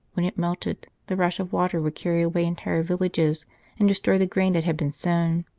when it melted, the rush of water would carry away entire villages and destroy the grain that had been sown.